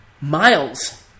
Miles